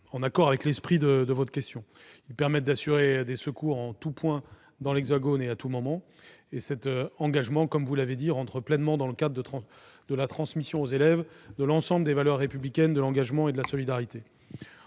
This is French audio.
pleinement à l'esprit de votre question. Ils permettent d'assurer des secours en tout point de l'Hexagone et à tout moment. Vous l'avez dit, cet engagement entre pleinement dans le cadre de la transmission aux élèves de l'ensemble des valeurs républicaines, de l'engagement, de la solidarité.